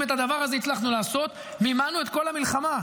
אם את הדבר הזה הצלחנו לעשות, מימנו את כל המלחמה.